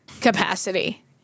capacity